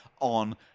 on